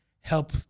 help